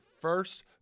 first